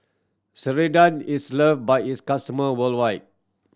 ceradan is love by its customer worldwide